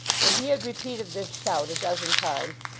when he had repeated this shout a dozen times,